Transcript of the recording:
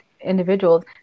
individuals